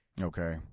Okay